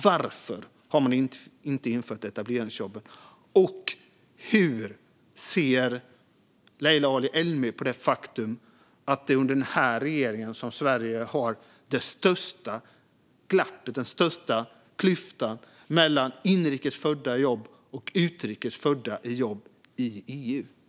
Varför har man inte infört etableringsjobben, och hur ser Leila Ali-Elmi på det faktum att det är under den här regeringen som Sverige har fått den största klyftan mellan inrikes födda i jobb och utrikes födda i jobb i EU?